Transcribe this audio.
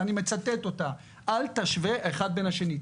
ואני מצטט אותה: אל תשווה אחד לשני.